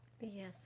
Yes